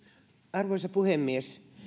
arvoisa puhemies